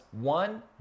one